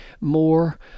more